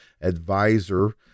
advisor